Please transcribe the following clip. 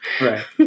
right